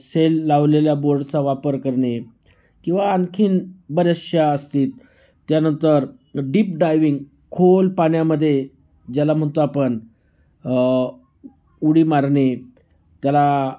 sale लावलेल्या बोर्डचा वापर करणे किंवा आणखीन बऱ्याचशा असतील त्यानंतर डिप डायविंग खोल पाण्यामध्ये ज्याला म्हणतो आपण उडी मारणे त्याला